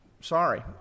sorry